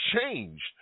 changed